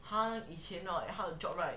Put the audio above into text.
他以前他的 job right